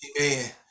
Amen